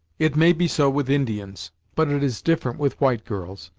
it may be so with indians but it is different with white girls.